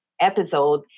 episode